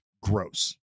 gross